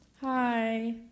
Hi